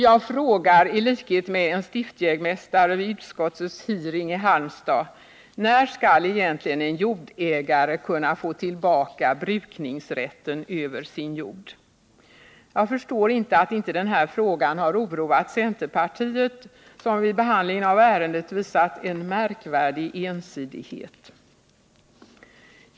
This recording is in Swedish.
Jag frågar, i likhet med en stiftsjägmästare vid utskottets hearing i Halmstad: ”När skall egentligen en jordägare kunna få tillbaka brukningsrätten över sin jord?” Jag förstår inte att denna fråga inte oroat centerpartiet, som vid behandlingen av ärendet visat en märkvärdig ensidighet.